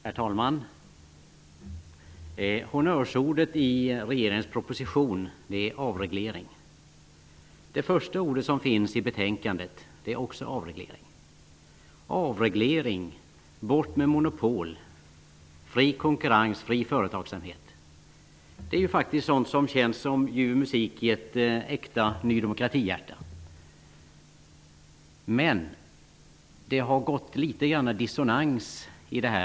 Herr talman! Honnörsordet i regeringens proposition är avreglering. Det första ordet som finns i betänkandet är också avreglering. Avreglering, bort med monopol, fri konkurrens, fri företagsamhet -- det är faktiskt sådant som känns som ljuv musik i ett äkta Ny demokrati-hjärta. Men det har gått litet grand dissonans i detta.